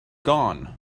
gone